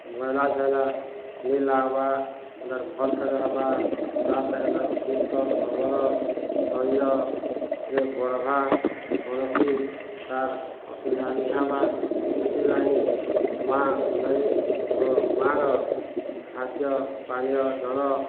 ଭଲକରି ହେବା ସୁସ୍ଥ ସବଳ ଶରୀରରେ ବଢ଼ିବା କୌଣସି ତାର ଅସୁବିଧା ନହେବା ସେଥିଲାଗି ମା' ଦାୟୀ ଓ ମାଆର ଖାଦ୍ୟ ପାନୀୟ ଜଳ